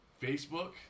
Facebook